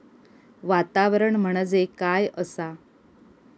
वातावरण म्हणजे काय असा?